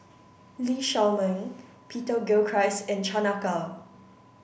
Lee Shao Meng Peter Gilchrist and Chan Ah Kow